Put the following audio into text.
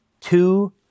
two